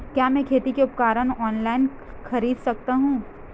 क्या मैं खेती के उपकरण ऑनलाइन खरीद सकता हूँ?